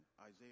Isaiah